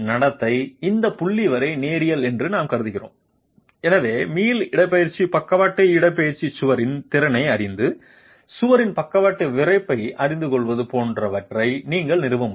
நடத்தை இந்த புள்ளி வரை நேரியல் என்று நாம் கருதுகிறோம் எனவே மீள் இடப்பெயர்ச்சி பக்கவாட்டு இடப்பெயர்வு சுவரின் திறனை அறிந்து சுவரின் பக்கவாட்டு விறைப்பை அறிந்து கொள்வது போன்றவற்றை நீங்கள் நிறுவ முடியும்